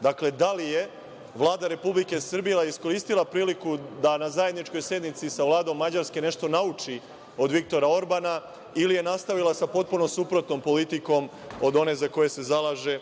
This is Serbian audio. Dakle, da li je Vlada Republike Srbije iskoristila priliku da na zajedničkoj sednici sa Vladom Mađarske nešto nauči od Viktora Orbana, ili je nastavila sa potpuno suprotnom politikom od one za koju se zalaže